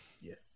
Yes